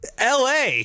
LA